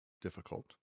difficult